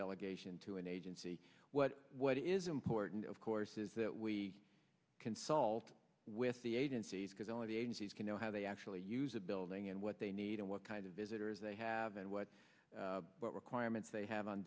delegation to an agency what what is important of course is that we consult with the agencies because all of the agencies can know how they actually use a building and what they need and what kind of visitors they have and what requirements they have on